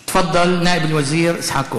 תפאדל, נאיב אל-וזיר יצחק כהן.